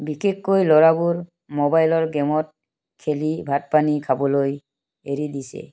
বিশেষকৈ ল'ৰাবোৰ মোবাইলৰ গে'মত খেলি ভাত পানী খাবলৈ এৰি দিছে